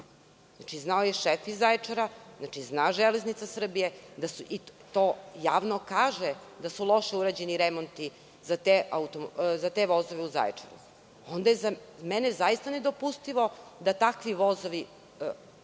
znao je šef iz Zaječara, znači zna „Železnica Srbije“, i to javno kaže da su loše urađeni remonti za te vozove u Zaječaru.Za mene je zaista nedopustivo da takvi vozovi